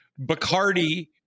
Bacardi